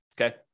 okay